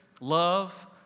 love